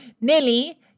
Nelly